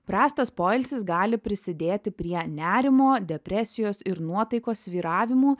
prastas poilsis gali prisidėti prie nerimo depresijos ir nuotaikos svyravimų